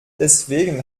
deswegen